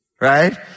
right